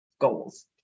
goals